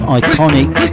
iconic